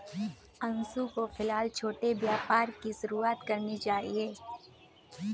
अंशु को फिलहाल छोटे व्यापार की शुरुआत करनी चाहिए